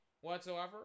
whatsoever